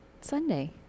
Sunday